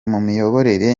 miyoborere